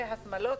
שמלות,